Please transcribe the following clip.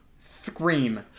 Scream